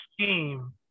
scheme